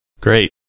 Great